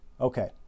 okay